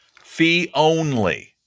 Fee-only